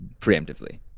preemptively